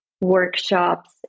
Workshops